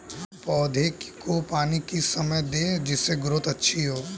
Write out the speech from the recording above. पौधे को पानी किस समय दें जिससे ग्रोथ अच्छी हो?